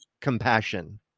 compassion